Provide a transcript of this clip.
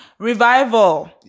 Revival